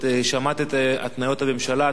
שמעת את התניות הממשלה,